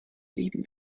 lieben